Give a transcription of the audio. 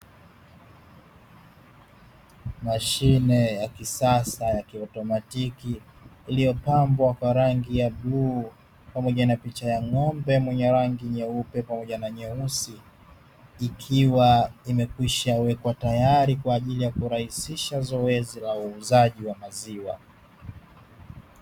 Mashine ya kisasa ya kiotomatiki iliyopambwa kwa rangi ya bluu pamoja na picha ya ng'ombe mwenye rangi nyeupe pamoja na nyeusi, ikiwa imekwisha wekwa tayari kwa ajili ya kurahisisha zoezi la uuzaji wa maziwa.